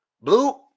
Blue